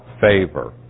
favor